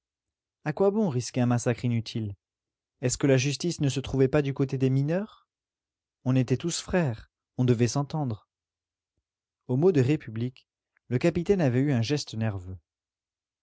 a quoi bon risquer un massacre inutile est-ce que la justice ne se trouvait pas du côté des mineurs on était tous frères on devait s'entendre au mot de république le capitaine avait eu un geste nerveux